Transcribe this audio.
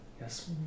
Yes